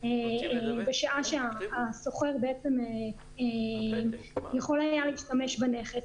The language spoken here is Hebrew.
בשעה שהשוכר יכול היה להשתמש בנכס.